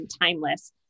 timeless